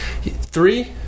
three